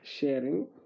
sharing